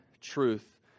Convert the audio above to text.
truth